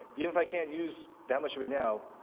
if i can't use that much of it now,